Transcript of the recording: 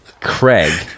Craig